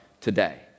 today